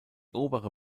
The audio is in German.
obere